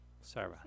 Sorry